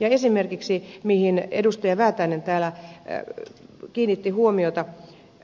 esimerkiksi mihin edustaja väätäinen täällä kiinnitti huomiota